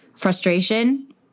frustration